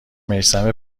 میثم